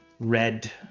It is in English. red